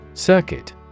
Circuit